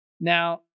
Now